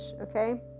okay